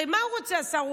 הרי מה הוא רוצה, השר?